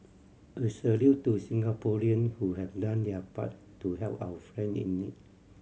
a salute to Singaporean who had done their part to help our friend in need